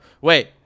Wait